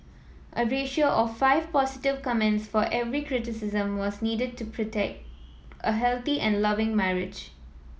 a ratio of five positive comments for every criticism was needed to predict a healthy and loving marriage